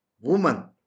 woman